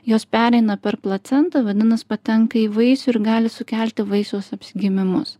jos pereina per placentą vadinas patenka į vaisių ir gali sukelti vaisiaus apsigimimus